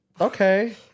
okay